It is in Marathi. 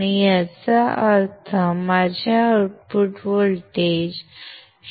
याचा अर्थ माझे आउटपुट व्होल्टेज 0